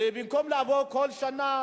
במקום לעבור כל שנה